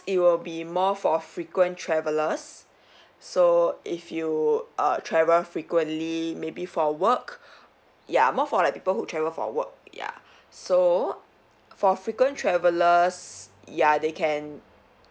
it will be more for frequent travellers so if you err travel frequently maybe for work ya more for like people who travel for work ya so for frequent travellers ya they can